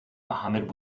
mohammad